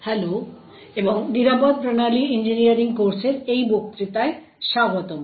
hello এবং secure system engineering কোর্সের এই বক্তৃতায় স্বাগতম